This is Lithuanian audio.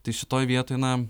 tai šitoj vietoj na